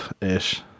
Ish